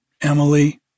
Emily